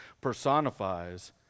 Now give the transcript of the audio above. personifies